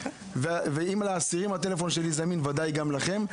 ואם לאסירים הטלפון שלי זמין, בוודאי גם לכם.